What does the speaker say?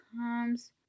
comes